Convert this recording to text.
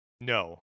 No